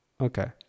okay